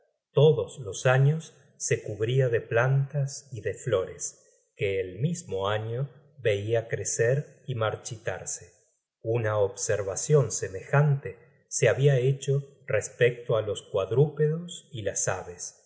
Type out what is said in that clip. todos los años se cubria de plantas y de flores que el mismo año veia crecer y marchitarse una observacion semejante se habia hecho respecto á los cuadrúpedos y las aves